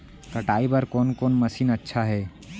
कटाई बर कोन कोन मशीन अच्छा हे?